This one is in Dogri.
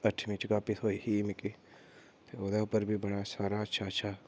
अठमीं च कापी थ्होई ही मिकी ते ओह्दे उप्पर बी बड़ा सारा अच्छा अच्छा